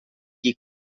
qui